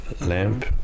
lamp